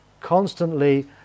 constantly